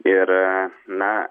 ir na